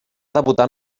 debutar